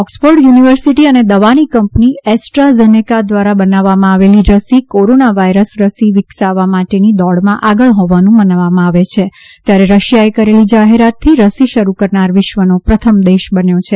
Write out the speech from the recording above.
Oxford university અને દવાની કંપની એસ્ટ્રાઝેનેકા દ્વારા બનાવવામાં આવેલી રસી કોરોના વાયરસ રસી વિકસાવવા માટેની દોડમાં આગળ હોવાનું માનવામાં આવે છે ત્યારે રશિયાએ કરેલી જાહેરાતથી રસી શરૂ કરનાર વિશ્વનો પ્રથમ દેશ બન્યો છે